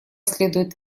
следует